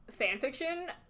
fanfiction